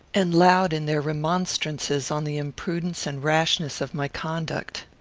and loud in their remonstrances on the imprudence and rashness of my conduct.